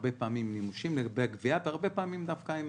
והרבה פעמים דווקא עם